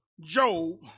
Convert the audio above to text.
Job